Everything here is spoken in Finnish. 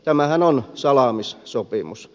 tämähän on salaamissopimus